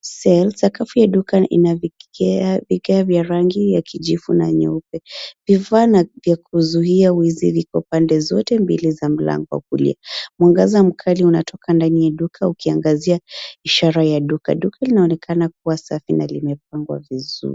sale . Sakafu ya duka inavigae vya rangi ya kijivu na nyeupe. Vifaa vya kuzuia wizi viko pande zote mbili za mlango wa kulia. Mwangaza mkali unatoka ndani ya duka ukiangazia ishara ya duka. Duka linaonekana kuwa safi na limepangwa vizuri.